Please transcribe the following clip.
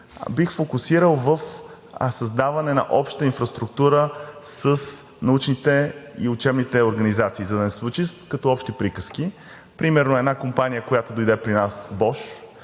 бих фокусирал в създаване на обща инфраструктура с научните и учебните организации. За да не звучи като общи приказки – примерно една компания, която дойде при нас BOSCH,